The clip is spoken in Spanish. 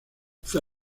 fue